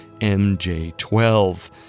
MJ-12